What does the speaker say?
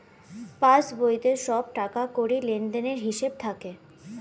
পাসবইতে সব টাকাকড়ির লেনদেনের হিসাব থাকে